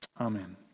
Amen